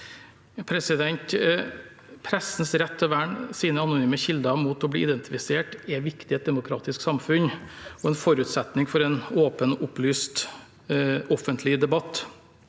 Pressens rett til å verne sine anonyme kilder mot å bli identifisert er viktig i et demokratisk samfunn og en forutsetning for en åpen og opplyst offentlig debatt.